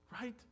right